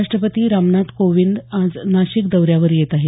राष्टपती रामनाथ कोविंद आज नाशिक दौऱ्यावर येत आहेत